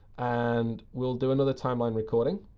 and we'll do another timeline recording,